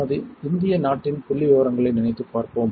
நமது இந்தியா நாட்டின் புள்ளிவிவரங்களைப் நினைத்துப் பார்ப்போம்